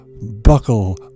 Buckle